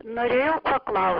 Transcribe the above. norėjau paklaust